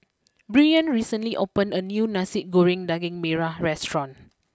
Brien recently opened a new Nasi Goreng Daging Merah restaurant